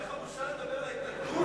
אין לך בושה לדבר על התנתקות?